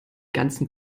ganzen